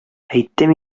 әйттем